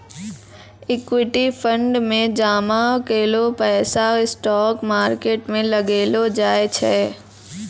equity fund मे जामा कैलो पैसा स्टॉक मार्केट मे लगैलो जाय छै